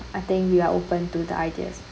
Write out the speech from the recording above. I think we are open to the ideas